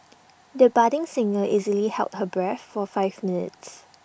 the budding singer easily held her breath for five minutes